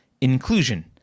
inclusion